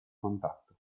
contatto